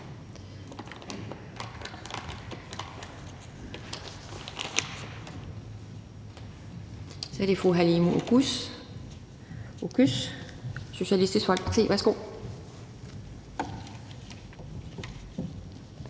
Så er det fru Halime Oguz, Socialistisk Folkeparti. Værsgo.